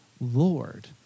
Lord